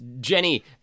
Jenny